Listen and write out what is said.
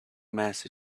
mass